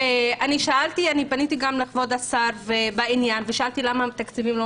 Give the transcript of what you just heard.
אני פניתי גם לכבוד השר בעניין ושאלתי למה התקציבים לא